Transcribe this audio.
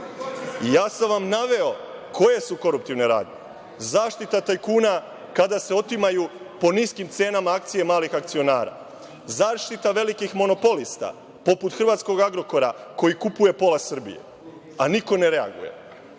Ja sam vam naveo koje su koruptivne radnje. Zaštita tajkuna kada se otimaju po niskim cenama akcija malih akcionara, zaštita velikih monopolista poput hrvatskog „Agrokora“ koji kupuje pola Srbije, a niko ne reaguje